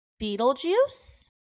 Beetlejuice